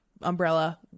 umbrella